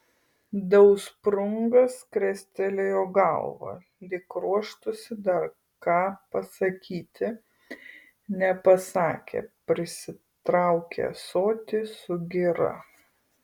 dausprungas krestelėjo galvą lyg ruoštųsi dar ką pasakyti nepasakė prisitraukė ąsotį su gira